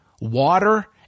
water